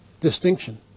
distinction